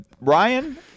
Ryan